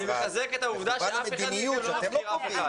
זאת מדיניות שאתם לא קובעים.